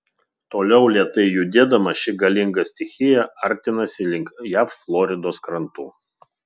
toliau lėtai judėdama ši galinga stichija artinasi link jav floridos krantų